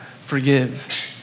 forgive